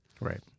Right